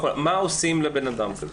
מה עושים לבן אדם כזה?